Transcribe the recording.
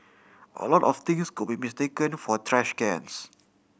a lot of things could be mistaken for trash cans